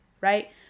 right